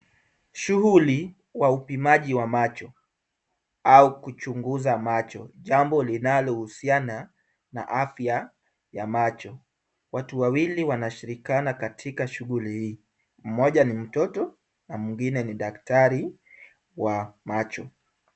Shughuli wa upimaji wa macho au kuchunguza macho, jambo linalohusiana na afya ya macho. Watu wawili wanashirikana katika shughuli hii. Mmoja ni mtoto na mwingine ni daktari wa macho.